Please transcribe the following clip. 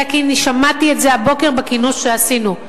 אלא כי שמעתי את זה הבוקר בכינוס שעשינו.